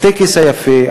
הטקס היפה,